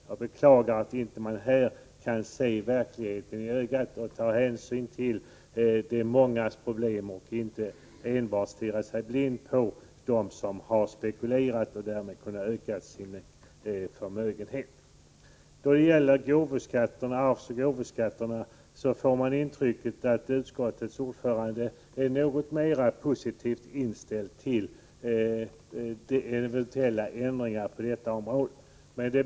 Jag beklagar att man inte kan se verkligheten i ögat och ta hänsyn till de mångas problem utan bara stirrar sig blind på dem som har spekulerat och därigenom kunnat öka sin förmögenhet. Beträffande arvsoch gåvoskatterna får man intrycket att utskottets ordförande är något mera positivt inställd till eventuella ändringar.